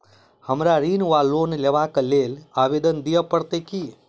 हमरा ऋण वा लोन लेबाक लेल आवेदन दिय पड़त की?